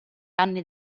anni